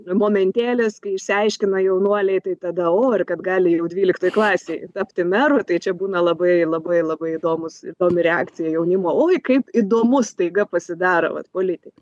momentėlis kai išsiaiškina jaunuoliai tai tada o ir kad gali jau dvyliktoj klasėj tapti meru tai čia būna labai labai labai įdomus įdomi reakcija jaunimo oi kaip įdomu staiga pasidaro vat politika